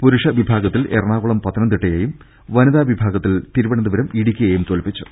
പുരുഷ വിഭാഗത്തിൽ എറണാ കുളം പത്തനംതിട്ടയെയും വനിതാ വിഭാഗത്തിൽ തിരുവനന്തപുരം ഇടുക്കി യെയും തോൽപ്പിച്ചു